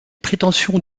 prétentions